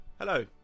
Hello